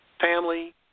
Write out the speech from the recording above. family